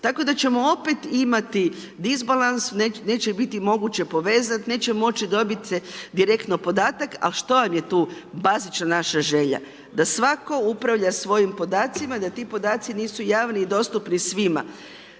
Tako da ćemo opet imati disbalans, neće biti moguće povezat, neće moći dobit se direktno podatak, ali što nam je tu bazična naša želja, da svatko upravlja svojim podacima, da ti podaci nisu javni i dostupni svima.